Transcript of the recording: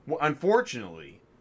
unfortunately